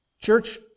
Church